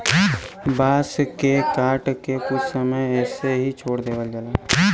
बांस के काट के कुछ समय तक ऐसे ही छोड़ देवल जाला